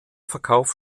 verkauf